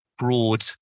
broad